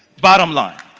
bottom line.